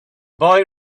boy